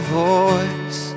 voice